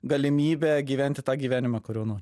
galimybę gyventi tą gyvenimą kurio nori